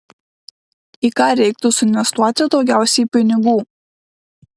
į ką reiktų suinvestuoti daugiausiai pinigų